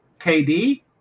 KD